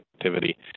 activity